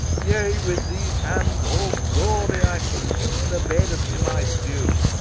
yea with these hands all gory i pollute the bed of him i slew.